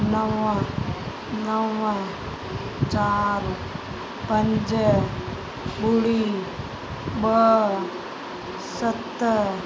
नव नव चारि पंज ॿुड़ी ॿ सत